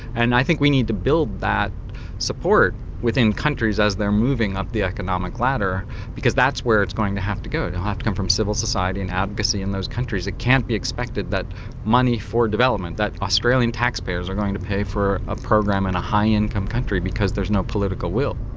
and i think we need to build that support within countries as they're moving up the economic ladder because that's where it's going to have to go. it will have to come from civil society and advocacy in those countries. it can't be expected that money for development, that australian taxpayers are going to pay for a program in a high income country because there's no political will.